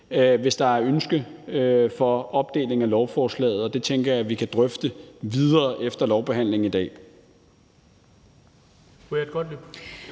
hvis der er ønske om opdeling af lovforslaget, og det tænker jeg vi kan drøfte videre efter lovbehandlingen i dag.